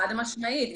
חד-משמעית.